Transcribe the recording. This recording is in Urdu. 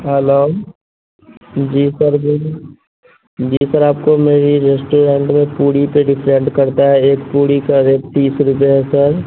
ہیلو جی سر جی سر آپ کو میری ریسٹورینٹ میں پوڑی پہ ڈیپینڈ کرتا ہے ایک پوڑی کا ریٹ تیس روپیے ہے سر